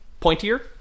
pointier